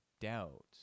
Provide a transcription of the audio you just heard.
doubt